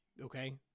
Okay